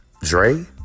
Dre